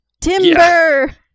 Timber